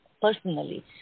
personally